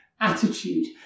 attitude